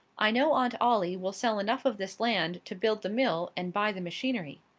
i know aunt ollie will sell enough of this land to build the mill and buy the machinery.